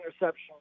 interception